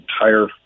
entire